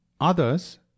Others